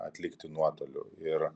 atlikti nuotoliu ir